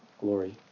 glory